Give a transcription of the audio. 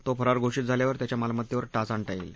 तो फरार घोषित झाल्यावर त्याच्या मालमत्तेवर टाच आणता येईल